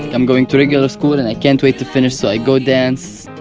i'm going to regular school and i can't wait to finish so i go dance.